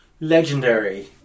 legendary